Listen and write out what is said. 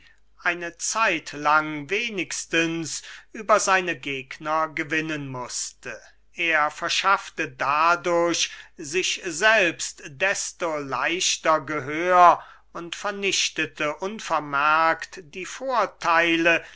eine zeitlang wenigstens über seine gegner gewinnen mußte er verschaffte dadurch sich selbst desto leichter gehör und vernichtete unvermerkt die vortheile